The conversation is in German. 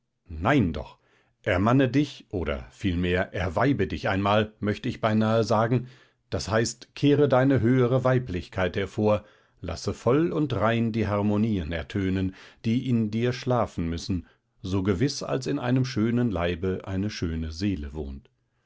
nein doch ermanne dich oder vielmehr erweibe dich einmal möchte ich beinahe sagen d h kehre deine höhere weiblichkeit hervor lasse voll und rein die harmonien ertönen die in dir schlafen müssen so gewiß als in einem schönen leibe eine schöne seele wohnt